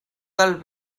del